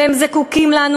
והם זקוקים לנו,